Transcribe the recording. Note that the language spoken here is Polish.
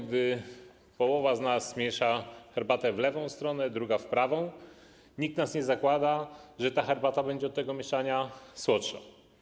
Gdy połowa z nas miesza herbatę w lewą stronę, a druga - w prawą, nikt nie zakłada, że ta herbata będzie od tego mieszania słodsza.